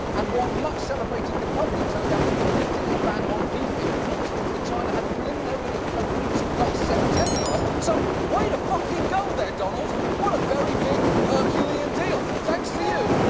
and one much-celebrated component turned out to be lifting a ban on beef imports that china had preliminarily agreed to last september. so way to fucking go there, donald! what a very big, herculean deal! thanks to you,